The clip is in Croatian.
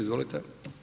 Izvolite.